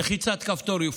יופעל בלחיצת כפתור,